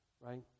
right